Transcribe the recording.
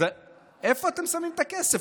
אז איפה אתם שמים את הכסף?